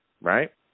right